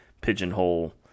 pigeonhole